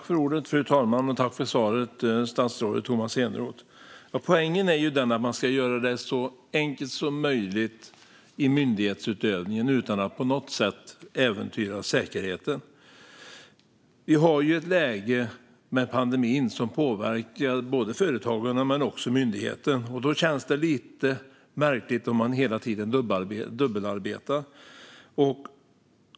Fru talman! Tack för svaret, statsrådet Tomas Eneroth! Poängen är den att man ska göra det så enkelt som möjligt i myndighetsutövningen utan att på något sätt äventyra säkerheten. Vi har ett läge med pandemin som påverkar både företagen och myndigheten. Då känns det lite märkligt om man hela tiden dubbelarbetar.